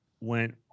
went